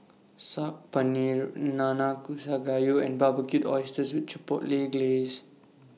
Saag Paneer Nanakusa Gayu and Barbecued Oysters with Chipotle Glaze